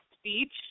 speech